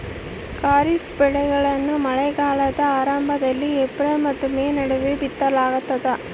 ಖಾರಿಫ್ ಬೆಳೆಗಳನ್ನ ಮಳೆಗಾಲದ ಆರಂಭದಲ್ಲಿ ಏಪ್ರಿಲ್ ಮತ್ತು ಮೇ ನಡುವೆ ಬಿತ್ತಲಾಗ್ತದ